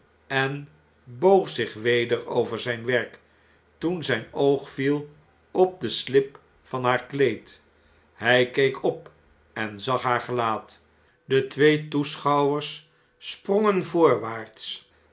en boog zich weder over zijn work toen zgn oog viel op de slip van haar kleed hg keek op en zag haar gelaat de twee toeschouwers sprongen voorwaarts